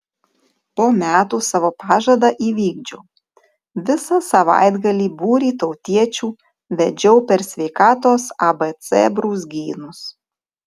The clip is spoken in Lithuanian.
po metų savo pažadą įvykdžiau visą savaitgalį būrį tautiečių vedžiau per sveikatos abc brūzgynus